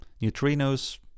neutrinos